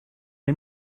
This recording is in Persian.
این